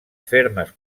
fermes